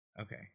Okay